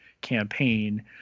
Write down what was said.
campaign